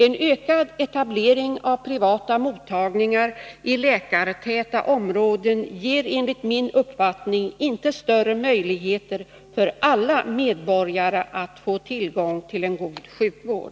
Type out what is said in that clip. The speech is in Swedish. En ökad etablering av privata mottagningar i läkartäta områden ger enligt min uppfattning inte större möjligheter för alla medborgare att få tillgång till en god sjukvård.